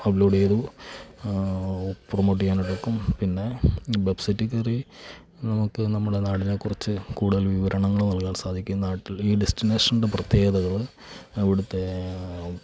upload ചെയ്ത promote ചെയ്യാനെടുക്കും പിന്നെ വെബ്സൈറ്റിൽ കയറി നമുക്ക് നമ്മുടെ നാടിനെ കുറിച്ച് കൂടുതൽ വിവരണങ്ങൾ നൽകാൻ സാധിക്കും നാട്ടിൽ ഈ ഡെസ്റ്റിനേഷൻ്റെ പ്രത്യേകതകൾ അവിടത്തെ